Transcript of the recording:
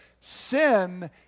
sin